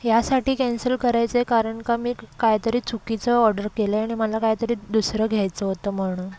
यासाठी कॅन्सल करायचं आहे कारण का मी काहीतरी चुकीचं ऑर्डर केलं आहे आणि मला काहीतरी दुसरं घ्यायचं होतं म्हणून